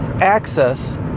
access